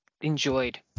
enjoyed